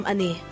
Ani